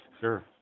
Sure